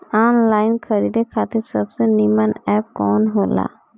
Online खरीदे खातिर सबसे नीमन एप कवन हो ला?